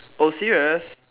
oh serious